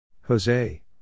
Jose